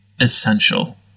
essential